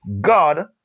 God